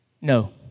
No